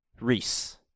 Reese